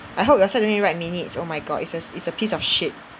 I hope your side no need write minutes oh my god it's a it's a piece of shit